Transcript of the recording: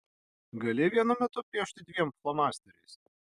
gali vienu metu piešti dviem flomasteriais